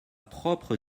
propre